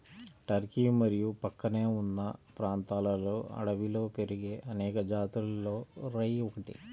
Turkey మరియు ప్రక్కనే ఉన్న ప్రాంతాలలో అడవిలో పెరిగే అనేక జాతులలో రై ఒకటి